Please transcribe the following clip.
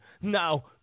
now